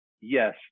yes